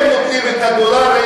הם נותנים את הדולרים,